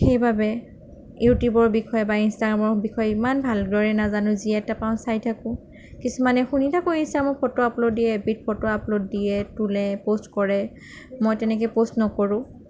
সেইবাবে ইউটিউবৰ বিষয়ে বা ইনষ্টাগ্ৰামৰ বিষয়ে ইমান ভালদৰে নাজানোঁ যি এটা পাওঁ চাই থাকোঁ কিছুমানে শুনি থাকোঁ ইনষ্টাগ্ৰামত ফটো আপলোড দিয়ে এফ বিত ফটো আপলোড দিয়ে তোলে প'ষ্ট কৰে মই তেনেকৈ পষ্ট নকৰোঁ